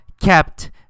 kept